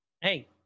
Hey